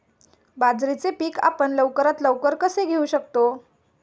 बाजरीचे पीक आपण लवकरात लवकर कसे घेऊ शकतो?